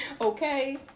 Okay